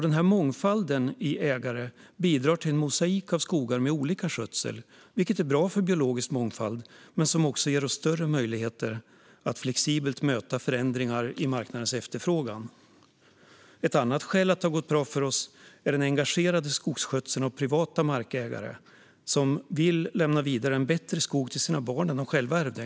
Denna mångfald av ägare bidrar till en mosaik av skogar med olika skötsel, vilket är bra för biologisk mångfald och ger oss större möjligheter att flexibelt möta förändringar i marknadens efterfrågan. Ett annat skäl är engagerad skogsskötsel av privata ägare som vill lämna vidare en bättre skog till sina barn än de själva en gång ärvde.